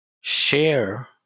share